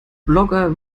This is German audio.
blogger